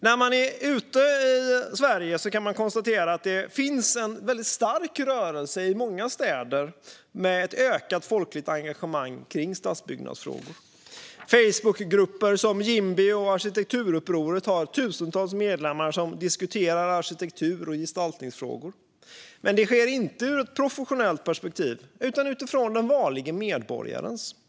När man är ute i Sverige kan man konstatera att det finns en väldigt stark rörelse i många städer med ett ökat folkligt engagemang kring stadsbyggnadsfrågor. Facebookgrupper som Yimby och Arkitekturupproret har tusentals medlemmar som diskuterar arkitektur och gestaltningsfrågor, men det sker inte ur ett professionellt perspektiv utan utifrån den vanlige medborgarens perspektiv.